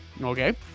Okay